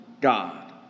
God